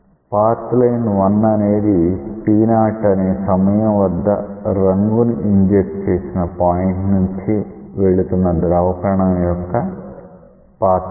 path line 1 అనేది t0 అనే సమయం వద్ద రంగు ని ఇంజెక్ట్ చేసిన పాయింట్ నుండి వెళుతున్న ద్రవ కణం యొక్క పాత్ లైన్